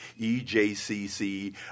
EJCC